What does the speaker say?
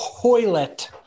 toilet